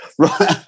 Right